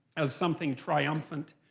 as something triumphant.